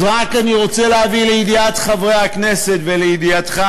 אז רק אני רוצה להביא לידיעת חברי הכנסת ולידיעתך,